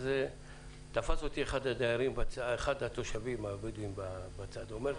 תפס אותי אחד התושבים הבדואים בצד ואמר: